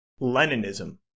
Leninism